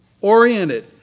oriented